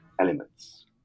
elements